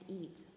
eat